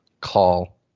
call